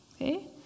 Okay